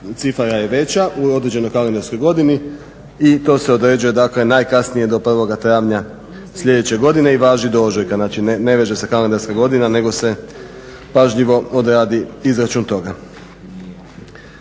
cifara je veća u određenoj kalendarskoj godini i to se određuje dakle najkasnije do prvoga travnja sljedeće godine i važi do ožujka, znači ne veže se kalendarska godina nego se pažljivo odradi izračun toga.